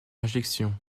injection